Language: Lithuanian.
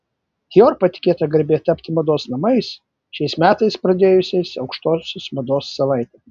dior patikėta garbė tapti mados namais šiais metais pradėjusiais aukštosios mados savaitę